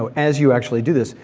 ah as you actually do this,